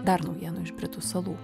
dar naujienų iš britų salų